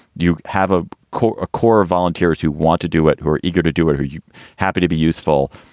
you have a core, a core of volunteers who want to do it, who are eager to do it. are you happy to be useful?